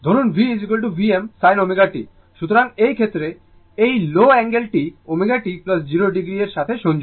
ধরুন V Vm sin ω t সুতরাং এই ক্ষেত্রে এই লোও অ্যাঙ্গেল টি ω t 0o এর সাথে যুক্ত